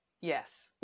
Yes